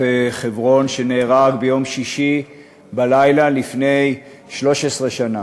חברון ונהרג ביום שישי בלילה לפני 13 שנה.